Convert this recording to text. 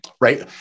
right